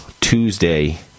Tuesday